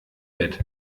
bett